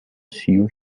sue